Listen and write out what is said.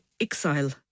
exile